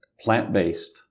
plant-based